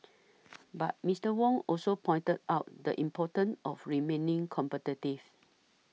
but Mister Wong also pointed out the importance of remaining competitive